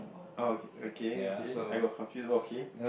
oh ok~ okay okay I got confused okay